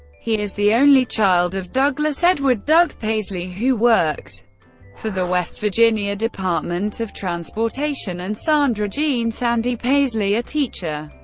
he is the only child of douglas edward doug paisley, who worked for the west virginia department of transportation, and sandra jean sandy paisley, a teacher.